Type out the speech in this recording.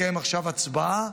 אם לקיים עכשיו הצבעה,